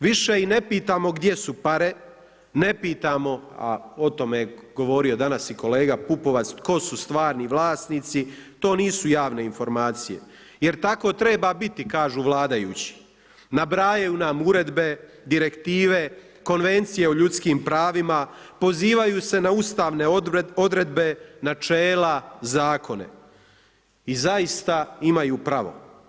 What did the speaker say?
Više i ne pitamo gdje su pare, ne pitamo a o tome je govorio danas i kolega Pupovac tko su stvarni vlasnici, to nisu javne informacije, jer tako treba biti kažu vladajući, nabrajaju nam uredbe, direktive, konvencije o ljudskim pravima, pozivaju se na Ustavne odredbe, načela, zakone i zaista imaju pravo.